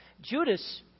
Judas